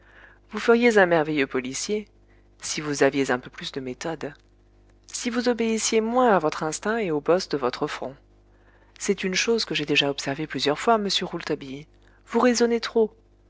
vous feriez un merveilleux policier si vous aviez un peu plus de méthode si vous obéissiez moins à votre instinct et aux bosses de votre front c'est une chose que j'ai déjà observée plusieurs fois monsieur rouletabille vous raisonnez trop